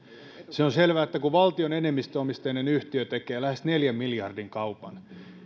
se on selvää että kun valtionenemmistöomisteinen yhtiö tekee lähes neljän miljardin kaupan